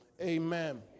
Amen